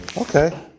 okay